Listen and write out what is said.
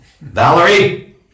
Valerie